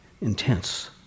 intense